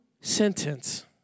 sentence